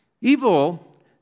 evil